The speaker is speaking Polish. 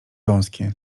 wąskie